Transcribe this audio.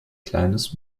kleines